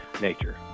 nature